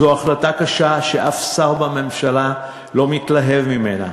זו החלטה קשה, שאף שר בממשלה לא מתלהב ממנה,